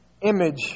image